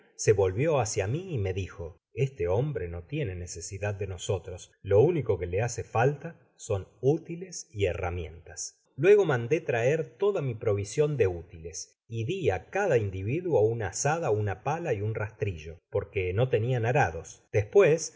se volvió hácia mí y me dijo este hombre no tiene necesidad de nosotros lo único que le hace falta son útiles y herramientas luego mandé traer toda mi provision de útiles y di á cada individuo una azada una pala y un rastrillo porque no tenian arados despues